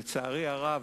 לצערי הרב,